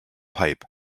pipe